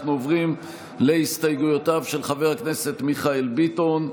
אנחנו עוברים להסתייגויותיו של חבר הכנסת מיכאל ביטון.